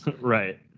Right